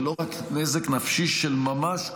ולא רק נזק נפשי של ממש,